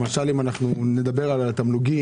למשל אם נדבר על התמלוגים,